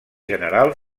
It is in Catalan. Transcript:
general